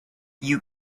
you